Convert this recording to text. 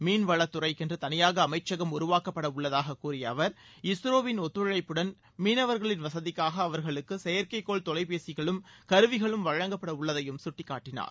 மீன்வளத்துறைக்கென்று தனியாக அமைக்கம் உருவாக்கப்படவுள்ளதாக கூறிய அவர் இஸ்ரோவின் ஒத்துழைப்புடன் மீனவர்களின் வசதிக்காக அவர்களுக்கு செயற்கைக்கோள் தொலைபேசிகளும் கருவிகளும் வழங்கப்படவுள்ளதையும் குட்டிக்காட்டினார்